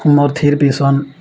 କୁମର୍ଥିର ପିସନ